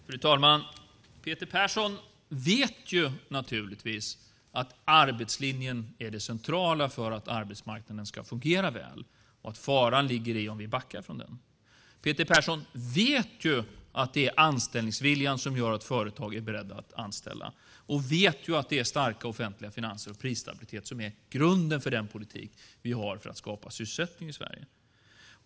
Fru talman! Peter Persson vet naturligtvis att arbetslinjen är det centrala för att arbetsmarknaden ska fungera väl och att faran ligger i om vi backar från den. Peter Persson vet att det är anställningsviljan som gör att företag är beredda att anställa, och han vet att det är starka offentliga finanser och prisstabilitet som är grunden för den politik vi har för att skapa sysselsättning i Sverige.